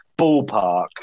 ballpark